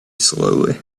slowly